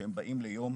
שבאים ליום,